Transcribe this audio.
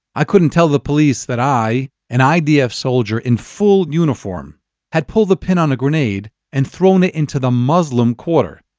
i couldn't tell the police, that i and idf soldier in full uniform had pulled the pin on a grenade and thrown it into the muslim quarter.